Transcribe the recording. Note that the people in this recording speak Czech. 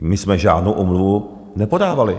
My jsme žádnou omluvu nepodávali.